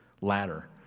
ladder